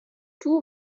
two